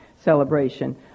celebration